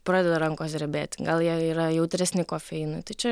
pradeda rankos drebėti gal jie yra jautresni kofeinui tai čia